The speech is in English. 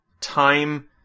time